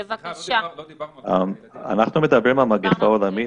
אנחנו מדברים על מגפה עולמית,